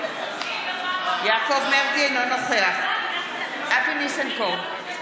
אינו נוכח אבי ניסנקורן,